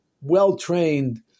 well-trained